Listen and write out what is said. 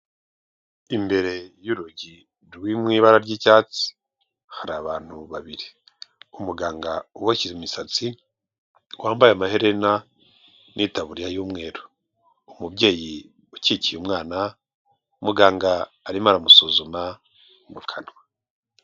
Imbere y'urugi ruri mu ibara ry'icyatsi, hari abantu babiri, umuganga uboshye imisatsi wambaye amaherena n'itaburiya y'umweru, umubyeyi ukikiye umwana, muganga arimo aramusuzuma mu kanwa.